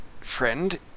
friend